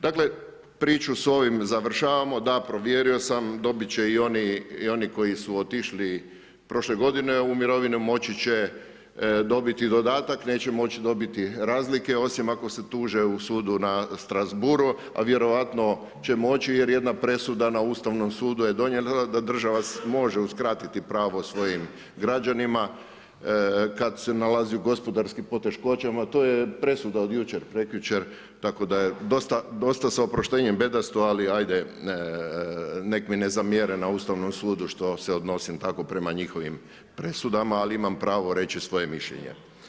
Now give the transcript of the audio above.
Dakle, priču s ovim završavamo, da provjerio sam dobiti će i oni i oni koji su otišli prošle godine u mirovinu, moći će dobiti dodatak, neće moći dobiti razlike, osim ako se tuže u sudu na Strasbourgu, a vjerojatno će moći jer jedna presuda na Ustavnom sudu je donijeta, država može uskratiti pravo svojim građanima, kad se nalazi u gospodarskim poteškoćama, to je presuda od jučer, prekjučer, tako da je dosta, s oproštenjem, bedasto, ali ajde, nek mi ne zamjere na Ustavnom sudu što se odnosim tako prema njihovim presudama, imam pravo reći svoje mišljenje.